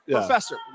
Professor